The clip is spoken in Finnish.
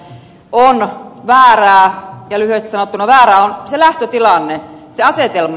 lyhyesti sanottuna väärä on se lähtötilanne se asetelma